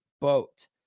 boat